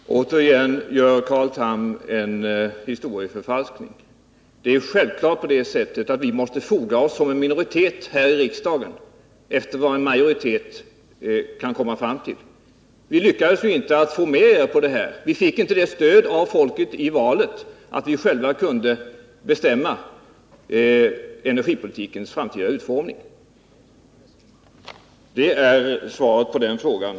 Herr talman! Återigen gör Carl Tham en historieförfalskning. Det är självklart att vi som minoritet här i riksdagen var tvungna att foga oss i vad en majoritet kom fram till. Vi lyckades inte att få med er på det här, och vi fick i valet inte det stödet av folket att vi själva kunde bestämma energipolitikens framtida utformning. Det är svaret på den frågan.